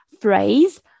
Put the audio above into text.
phrase